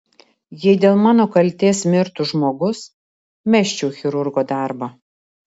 jei dėl mano kaltės mirtų žmogus mesčiau chirurgo darbą